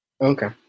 Okay